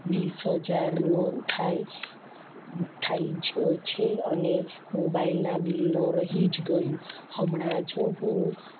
વીસ હજારનો થાય થાય જ છે અને મોબાઇલનાં બિલનું રહી જ ગયું હમણાં જ હું